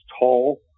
tall